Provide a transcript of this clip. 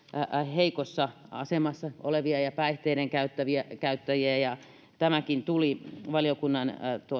heikossa asemassa olevia ja päihteiden käyttäjiä käyttäjiä ja tämäkin tuli valiokunnan